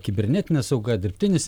kibernetinė sauga dirbtinis